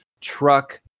Truck